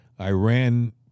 Iran